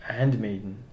Handmaiden